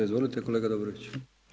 Izvolite kolega Dobrović.